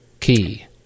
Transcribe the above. key